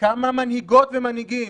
כמה מנהיגות ומנהיגים?